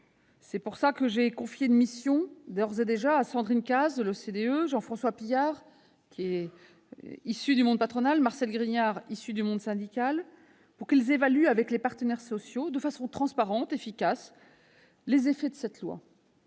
mission que nous avons d'ores et déjà confiée à Sandrine Cazes, de l'OCDE, Jean-François Pilliard, qui est issu du monde patronal, et Marcel Grignard, qui vient du monde syndical, pour qu'ils évaluent avec les partenaires sociaux, de façon transparente et efficace, les effets de cette loi.